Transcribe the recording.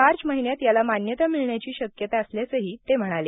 मार्च महिन्यात याला मान्यता मिळण्याची शक्यता असल्याचंही ते म्हणाले